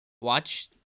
watch